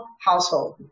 household